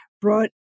brought